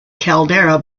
caldera